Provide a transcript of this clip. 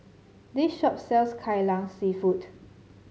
this shop sells Kai Lan seafood